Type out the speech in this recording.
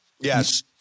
yes